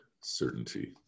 certainty